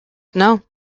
know